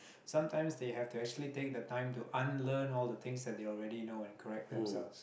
sometimes they have to actually take the time to unlearn all the things that they already know and correct themselves